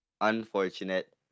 Unfortunate